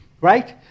right